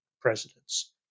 presidents